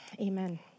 Amen